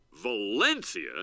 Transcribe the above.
Valencia